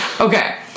Okay